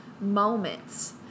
moments